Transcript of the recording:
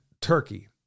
Turkey